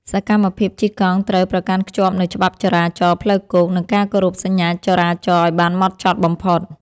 សកម្មភាពជិះកង់ត្រូវប្រកាន់ខ្ជាប់នូវច្បាប់ចរាចរណ៍ផ្លូវគោក និងការគោរពសញ្ញាចរាចរណ៍ឱ្យបានហ្មត់ចត់បំផុត។